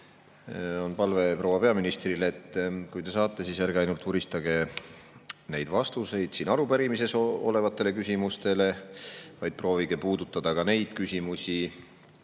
on palve proua peaministrile, et kui te saate, siis ärge ainult vuristage neid vastuseid siin arupärimises olevatele küsimustele, vaid proovige puudutada ka neid teemasid